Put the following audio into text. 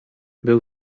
był